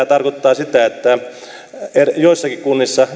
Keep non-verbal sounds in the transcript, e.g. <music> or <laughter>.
<unintelligible> tarkoittaa sitä että joissakin kunnissa